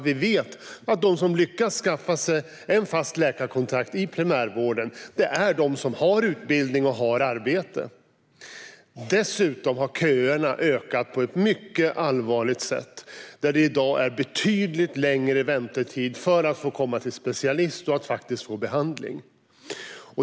Vi vet att de som lyckas skaffa sig en fast läkarkontakt i primärvården är de som har utbildning och arbete. Dessutom har köerna ökat på ett mycket allvarligt sätt. Det är i dag betydligt längre väntetid för att få komma till en specialist och få behandling.